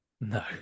No